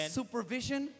supervision